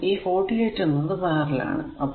അതിനു ഈ 48 എന്നത് പാരലൽ ആണ്